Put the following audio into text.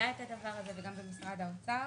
משרד האוצר